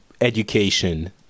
education